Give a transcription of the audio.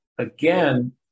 Again